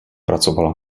pracovala